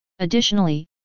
Additionally